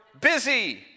busy